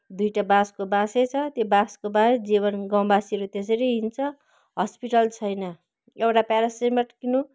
दुईवटा बाँसको बाँसै छ त्यो बाँसको बाहेक जीवन गाउँबासीले त्यसरी हिँड्छ हस्पिटल छैन एउटा प्यारासिटमल किन्नु